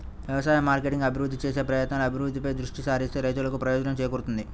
వ్యవసాయ మార్కెటింగ్ అభివృద్ధి చేసే ప్రయత్నాలు, అభివృద్ధిపై దృష్టి సారిస్తే రైతులకు ప్రయోజనం చేకూరుతుంది